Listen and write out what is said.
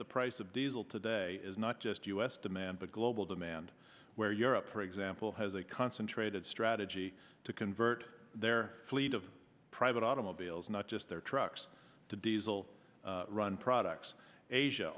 the price of diesel today is not just u s demand but global demand where europe for example has a concentrated strategy to convert their fleet of private automobiles not just their trucks to diesel run products asia